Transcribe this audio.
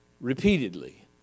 repeatedly